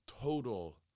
total